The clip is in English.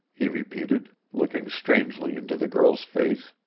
he repeated, looking strangely into the girl's face.